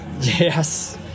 Yes